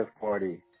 Party